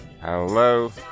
Hello